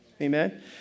Amen